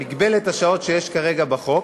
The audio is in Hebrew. שיש כרגע בחוק.